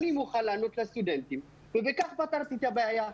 אני מוכן לענות לסטודנטים ובכך פתרתי את הבעיה.